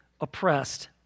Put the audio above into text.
oppressed